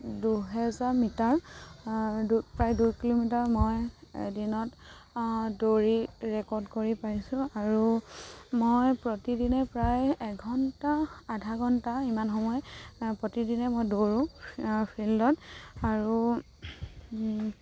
দুহেজাৰ মিটাৰ প্ৰায় দুই কিলোমিটাৰ মই এদিনত দৌৰি ৰেকৰ্ড কৰি পাইছোঁ আৰু মই প্ৰতিদিনে প্ৰায় এঘণ্টা আধা ঘণ্টা ইমান সময় প্ৰতিদিনে মই দৌৰো ফিল্ডত আৰু